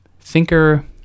thinker